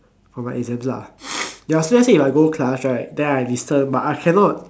for my exams lah so let's say if I go class I listen but I cannot